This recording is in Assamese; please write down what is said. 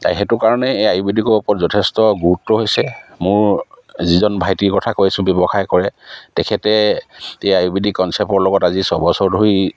এই সেইটো কাৰণে এই আয়ুৰ্বেদিকৰ ওপৰত যথেষ্ট গুৰুত্ব হৈছে মোৰ যিজন ভাইটিৰ কথা কৈছোঁ ব্যৱসায় কৰে তেখেতে এই আয়ুৰ্বেদিক কনচেপ্টৰ লগত আজি ছবছৰ ধৰি